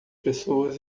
pessoas